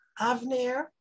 Avner